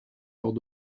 lors